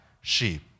sheep